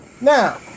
Now